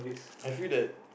I feel that